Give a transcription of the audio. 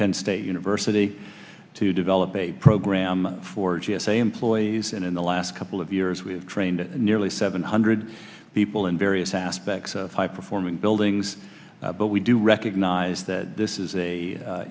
penn state university to develop a program for g s a employees and in the last couple of years we have trained nearly seven hundred people in various aspects of high performing buildings but we do recognize that this is a